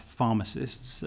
pharmacists